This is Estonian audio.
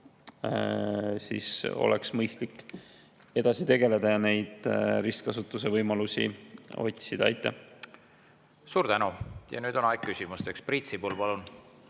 oleks mõistlik edasi tegeleda ja neid ristkasutuse võimalusi otsida. Aitäh! Suur tänu! Nüüd on aeg küsimusteks. Priit Sibul, palun!